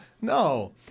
No